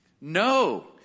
No